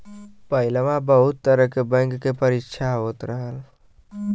पहिलवा बहुत तरह के बैंक के परीक्षा होत रहल